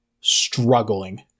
struggling